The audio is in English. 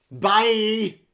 Bye